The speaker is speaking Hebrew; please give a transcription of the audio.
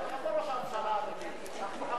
אנחנו מחפשים אותו.